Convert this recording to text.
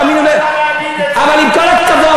היא אומרת לך שזה רק המתובל,